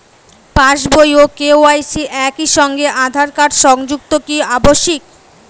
পাশ বই ও কে.ওয়াই.সি একই সঙ্গে আঁধার কার্ড সংযুক্ত কি আবশিক?